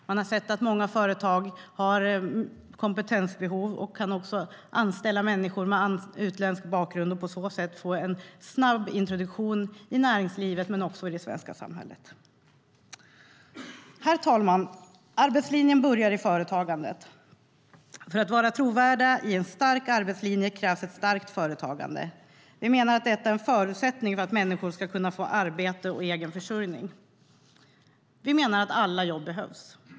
Många företag har behov av kompetens och kan anställa människor med utländsk bakgrund, så att de på så sätt kan få en snabb introduktion i näringslivet och i det svenska samhället. Herr talman! Arbetslinjen börjar i företagandet. För att en stark arbetslinje ska bli trovärdig krävs ett starkt företagande. Vi menar att detta är en förutsättning för att människor ska få arbete och egen försörjning. Vi menar att alla jobb behövs.